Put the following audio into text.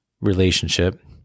relationship